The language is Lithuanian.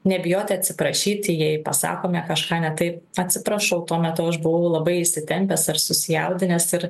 nebijoti atsiprašyti jei pasakome kažką ne taip atsiprašau tuo metu aš buvau labai įsitempęs ar susijaudinęs ir